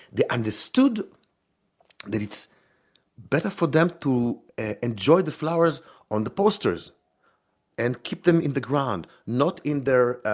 they understood that it's better for them to enjoy the flowers on the posters and keep them in the ground. not in their